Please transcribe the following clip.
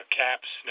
caps